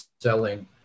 selling